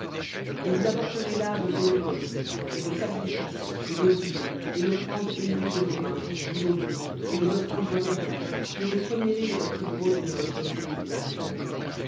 et vous apporterez là vos holocaustes et vos sacrifices et vos dîmes et l'offrande élevée de vos mains et vos vœux et vos offrandes volontaires et les premiers-nés de votre gros et de votre menu bétail